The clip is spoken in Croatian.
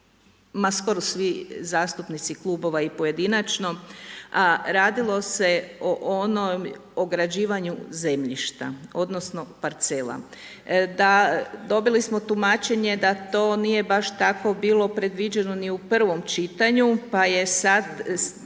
ma skoro svi zastupnici klubova i pojedinačno a radilo se o onom ograđivanju zemljišta odnosno parcela. Dobili smo tumačenje da to nije baš tako bilo predviđeno ni u prvom čitanju pa je sad